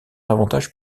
avantage